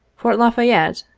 fort lafayette,